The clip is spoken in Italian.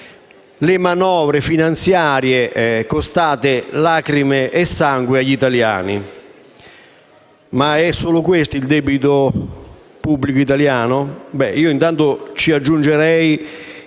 le manovre finanziarie costate lacrime e sangue agli italiani. Ma è solo questo il dedito pubblico italiano?